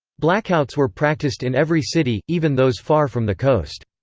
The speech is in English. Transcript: blackouts were practiced in every city, even those far from the coast.